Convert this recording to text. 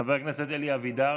חבר הכנסת אלי אבידר,